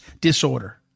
disorder